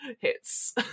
hits